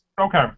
Okay